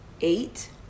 eight